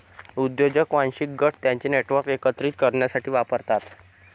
उद्योजक वांशिक गट त्यांचे नेटवर्क एकत्रित करण्यासाठी वापरतात